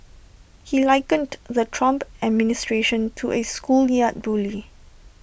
he likened the Trump administration to A schoolyard bully